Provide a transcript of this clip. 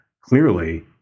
clearly